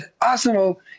Arsenal